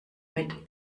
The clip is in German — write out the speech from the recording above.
mit